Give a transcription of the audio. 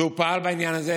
שפעל בעניין הזה,